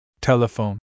Telephone